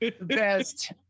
best